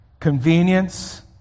convenience